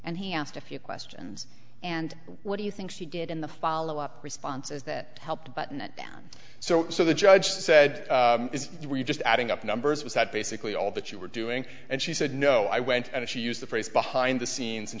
and he asked a few questions and what do you think she did in the follow up responses that helped button it down so so the judge said were you just adding up numbers was that basically all that you were doing and she said no i went and she used the phrase behind the scenes and